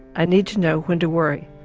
i need to know when to worry.